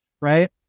Right